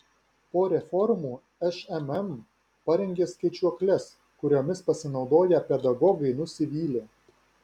po reformų šmm parengė skaičiuokles kuriomis pasinaudoję pedagogai nusivylė